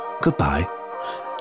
Goodbye